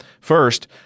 first